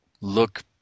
look